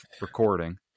recording